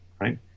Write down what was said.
right